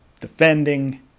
defending